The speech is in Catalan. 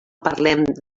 parlem